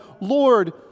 Lord